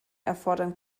erfordern